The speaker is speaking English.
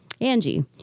Angie